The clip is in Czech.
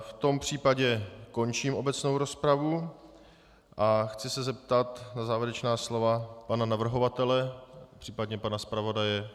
V tom případě končím obecnou rozpravu a chci se zeptat na závěrečná slova pana navrhovatele, případně pana zpravodaje.